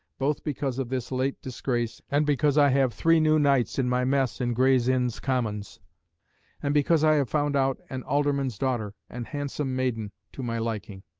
both because of this late disgrace and because i have three new knights in my mess in gray's inn's commons and because i have found out an alderman's daughter, an handsome maiden, to my liking.